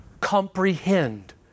comprehend